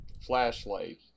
flashlight